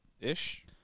ish